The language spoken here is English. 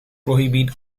prohibit